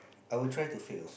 I will try to fail